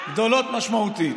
גדולות משמעותית.